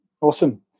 Awesome